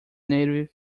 native